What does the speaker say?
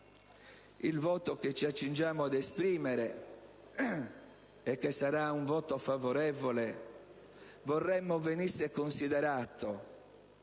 il voto che ci accingiamo ad esprimere, che sarà un voto favorevole, vorremmo venisse considerato